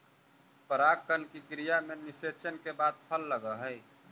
परागण की क्रिया में निषेचन के बाद फल लगअ हई